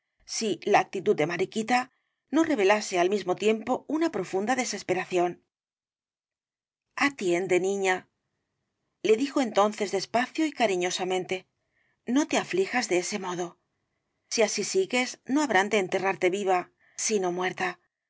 si la actitud de mariquita no revelase al mismo tiempo una profunda desesperación atiende n i ñ a l e dijo entonces despacio y cariñosamente no te aflijas de ese modo si así sigues no habrán de enterrarte viva sino muerta